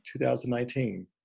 2019